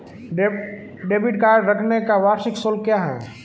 Debit card रखने का वार्षिक शुल्क क्या है?